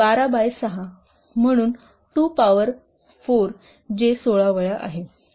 12 by 6म्हणून 2 to power 4 जे 16 वेळा आहे